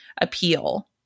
appeal